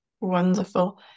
Wonderful